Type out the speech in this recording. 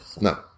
No